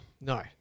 No